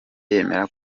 yemera